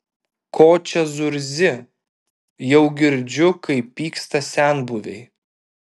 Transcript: ko čia zurzi jau girdžiu kaip pyksta senbuviai